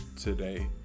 today